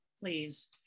please